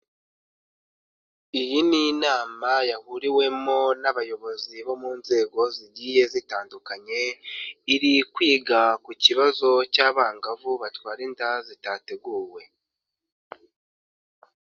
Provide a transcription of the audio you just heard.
Iyi ni inama yahuriwemo n'abayobozi bo mu nzego zigiye zitandukanye, iri kwiga ku kibazo cy'abangavu batwara indaya zitateguwe.